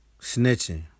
Snitching